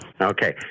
Okay